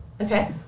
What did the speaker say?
Okay